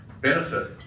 benefit